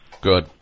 Good